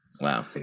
Wow